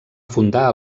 fundar